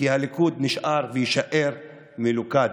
כי הליכוד נשאר ויישאר מלוכד,